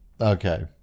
Okay